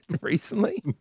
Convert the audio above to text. recently